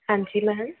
ਹਾਂਜੀ ਮੈਮ